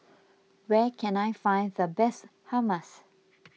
where can I find the best Hummus